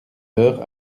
heures